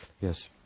Yes